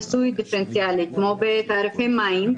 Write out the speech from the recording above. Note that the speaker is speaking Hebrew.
מיסוי דיפרנציאלי כמו בתעריפי מים,